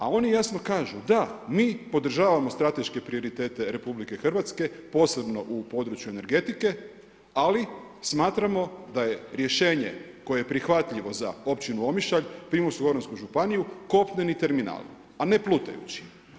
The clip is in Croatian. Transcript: A oni jasno kažu, da, mi podržavamo strateške prioritete RH, posebno u području energetike, ali smatramo da je rješenje koje prihvatljivo za općinu Omišalj, Primorsko-goransku županiju, kopneni terminal a ne plutajući.